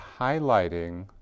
highlighting